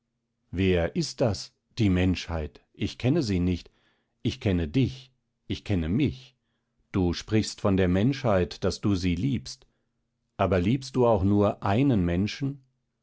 wer ist das die menschheit ich kenne sie nicht ich kenne dich ich kenne mich du sprichst von der menschheit daß du sie liebst aber liebst du auch nur einen menschen